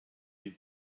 die